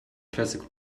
classics